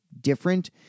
different